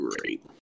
great